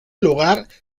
lugar